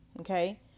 Okay